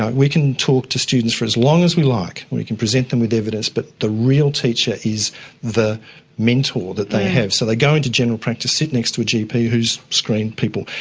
we can talk to students for as long as we like, we can present them with evidence, but the real teacher is the mentor that they have. so they go into general practice, sit next to a gp who has screened people,